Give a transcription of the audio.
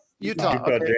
Utah